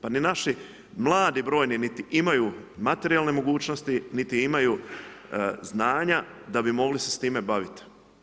Pa ni naši mladi brojni, niti imaju materijalne mogućnosti, niti imaju znanja da bi mogli se s time baviti.